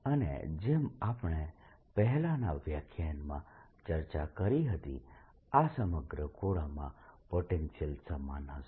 અને જેમ આપણે પહેલાના વ્યાખ્યાનમાં ચર્ચા કરી હતી આ સમગ્ર ગોળામાં પોટેન્શિયલ સમાન હશે